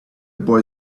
boy